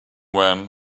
when